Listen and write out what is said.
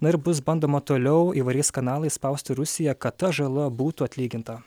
na ir bus bandoma toliau įvairiais kanalais spausti rusiją kad ta žala būtų atlyginta